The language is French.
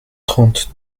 trente